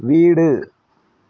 வீடு